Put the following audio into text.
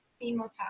female